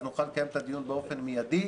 נוכל לקיים את הדיון באופן מידי